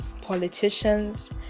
politicians